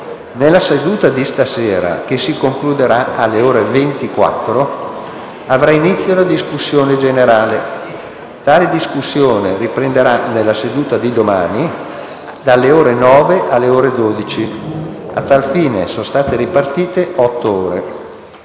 Nella seduta di stasera, che si concluderà alle ore 24, avrà inizio la discussione generale. Tale discussione riprenderà nella seduta di domani, dalle ore 9 alle ore 12. A tal fine sono state ripartite otto ore.